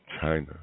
China